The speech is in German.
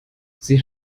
sie